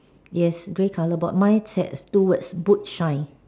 yes gray colour board mine has two words boot shine